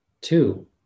Two